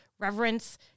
reverence